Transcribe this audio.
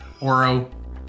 Oro